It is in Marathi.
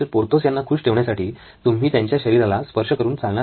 पोर्थोस यांना खुश ठेवण्यासाठी तुम्ही त्यांच्या शरीराला स्पर्श करून चालणार नाही